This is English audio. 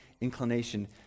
inclination